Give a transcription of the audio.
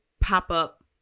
pop-up